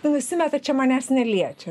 nusimeta čia manęs neliečia